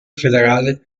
federale